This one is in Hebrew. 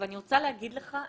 ואני רוצה להגיד לך,